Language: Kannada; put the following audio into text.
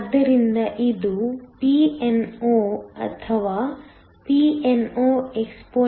ಆದ್ದರಿಂದ ಇದು Pno ಅಥವಾ PnoexpxLh